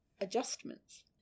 Adjustments